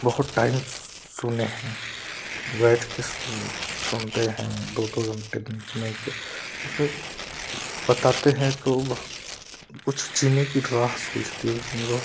बहुत टाइम सुने है बैठ के सुन सुनते है दो दो घंटे तीन तीन घंटे उसमें बताते है कि कुछ जीने की राज मिलती है उसमें बहुत